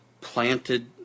planted